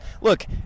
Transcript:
look